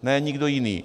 Ne nikdo jiný.